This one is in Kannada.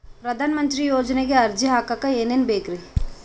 ಪ್ರಧಾನಮಂತ್ರಿ ಯೋಜನೆಗೆ ಅರ್ಜಿ ಹಾಕಕ್ ಏನೇನ್ ಬೇಕ್ರಿ?